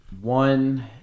one